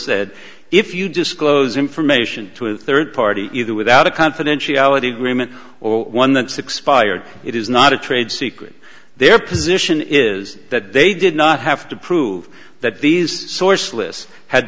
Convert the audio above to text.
said if you disclose information to a third party either without a confidentiality agreement or one that's expired it is not a trade secret their position is that they did not have to prove that these source lists had